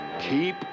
Keep